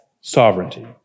sovereignty